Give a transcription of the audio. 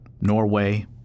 Norway